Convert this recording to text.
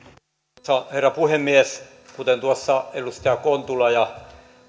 arvoisa herra puhemies kuten tuossa edustaja kontula ja